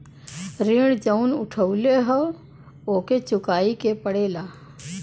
ऋण जउन उठउले हौ ओके चुकाए के पड़ेला